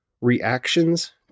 reactions